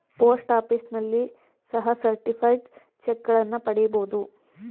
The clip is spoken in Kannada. ಪೋಸ್ಟ್ ಆಫೀಸ್ನಲ್ಲಿ ಸಹ ಸರ್ಟಿಫೈಡ್ ಚಕ್ಗಳನ್ನ ಪಡಿಬೋದು